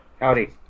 Howdy